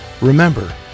Remember